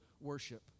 worship